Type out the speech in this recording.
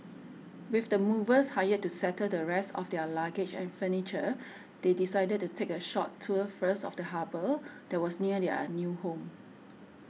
with the movers hired to settle the rest of their luggage and furniture they decided to take a short tour first of the harbour that was near their new home